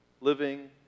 living